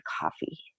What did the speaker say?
coffee